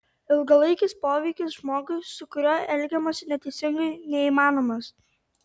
ilgalaikis poveikis žmogui su kuriuo elgiamasi neteisingai neįmanomas